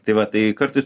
tai va tai kartais